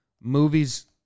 movies